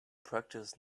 practice